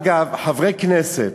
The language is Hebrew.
אגב, חברי כנסת,